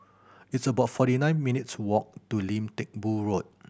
it's about forty nine minutes' walk to Lim Teck Boo Road